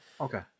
Okay